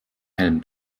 helm